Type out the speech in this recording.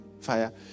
fire